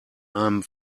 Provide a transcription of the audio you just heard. einem